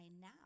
now